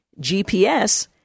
GPS